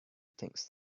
things